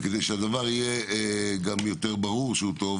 כדי שיהיה יותר ברור שהדבר הוא